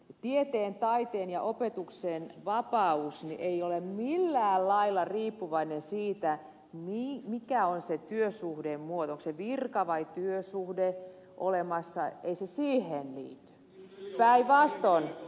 tieteen taiteen ja opetuksen vapaus ei ole millään lailla riippuvainen siitä mikä on se työsuhteen muoto onko se virka vai työsuhde ei se siihen liity päinvastoin